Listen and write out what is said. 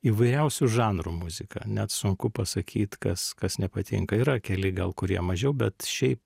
įvairiausių žanrų muzika net sunku pasakyt kas kas nepatinka yra keli gal kurie mažiau bet šiaip